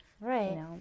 right